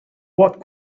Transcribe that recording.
what